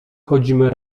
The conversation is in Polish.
chodzimy